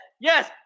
yes